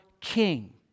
king